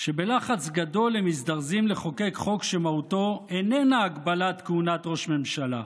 שבלחץ גדול הם מזדרזים לחוקק חוק שמהותו איננה הגבלת כהונת ראש ממשלה,